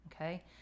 okay